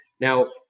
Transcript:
Now